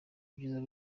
ibyiza